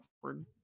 awkward